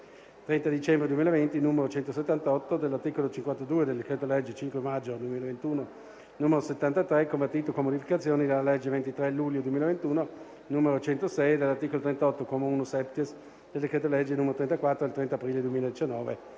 30 dicembre 2020, n. 178, dell'articolo 52 del decreto-legge 5 maggio 2021, n. 73, convertito con modificazioni dalla legge 23 luglio 2021, n. 106, e dell'articolo 38, comma 1*-septies,* del decreto-legge n. 34 del 30 aprile 2019,